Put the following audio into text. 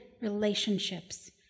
relationships